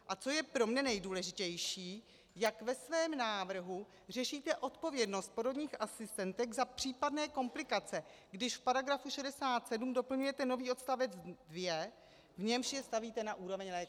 A co je pro mne nejdůležitější, jak ve svém návrhu řešíte odpovědnost porodních asistentek za případné komplikace, když v § 67 doplňujete nový odstavec 2, v němž je stavíte na úroveň lékařů.